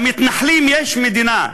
למתנחלים יש מדינה,